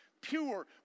pure